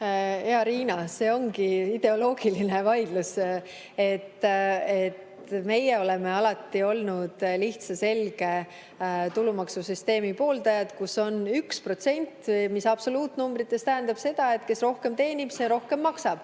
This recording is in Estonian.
Hea Riina, see ongi ideoloogiline vaidlus. Meie oleme alati olnud lihtsa ja selge tulumaksusüsteemi pooldajad, kus on üks [ja sama] protsent, mis absoluutnumbrites tähendab seda, et kes rohkem teenib, see rohkem maksab.